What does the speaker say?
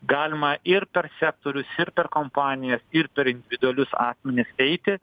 galima ir per sektorius ir per kompanijas ir per individualius asmenis eiti